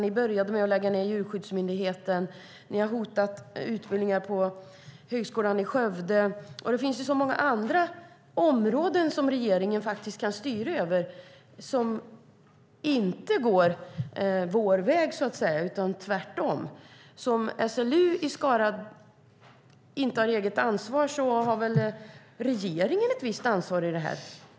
Ni började med att lägga ned Djurskyddsmyndigheten, och ni har hotat utbildningar på högskolan i Skövde. Det finns så många andra områden som regeringen kan styra över som inte går vår väg. Om SLU i Skara inte har eget ansvar har väl regeringen ett visst ansvar i frågan.